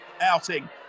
outing